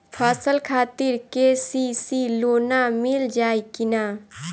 फसल खातिर के.सी.सी लोना मील जाई किना?